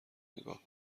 نگاه